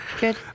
good